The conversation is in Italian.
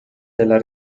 della